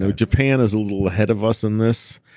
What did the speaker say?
so japan is a little ahead of us in this,